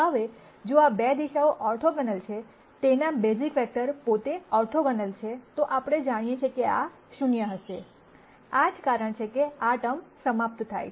હવે જો આ 2 દિશાઓ ઓર્થોગોનલ છે તેના બેઝિક વેક્ટર પોતે ઓર્થોગોનલ છે તો આપણે જાણીએ છીએ કે આ 0 હશે આ જ કારણ છે કે આ ટર્મ સમાપ્ત થાય છે